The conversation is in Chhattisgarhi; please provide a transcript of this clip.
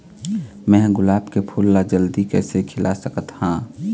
मैं ह गुलाब के फूल ला जल्दी कइसे खिला सकथ हा?